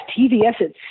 TVS